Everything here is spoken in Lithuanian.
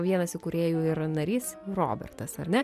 vienas įkūrėjų ir narys robertas ar ne